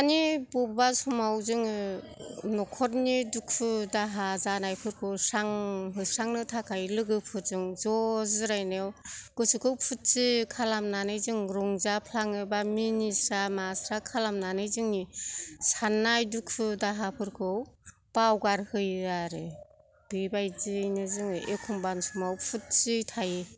मानि बबेबा समाव जोङो न'खरनि दुखु दाहा जानायफोरखौ स्रां होस्रांनो थाखाय लोगोफोरजों ज' जिरायनायाव गोसोखौ फुरथि खालामनानै जों रंजाफ्लाङोबा मिनिस्रा मास्रा खालामनानै जोंनि साननाय दुखु दाहाफोरखौ बावगारहोयो आरो बेबादियैनो जोङो एखम्बानि समाव फुरथियै थायो